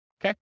Okay